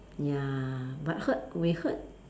ya but heard we heard